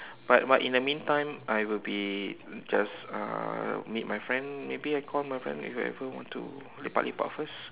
but but in the meantime I will be just uh meet my friend maybe I call my friend whoever want to lepak lepak first